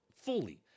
fully